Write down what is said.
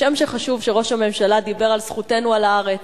כשם שחשוב שראש הממשלה דיבר על זכותנו על הארץ,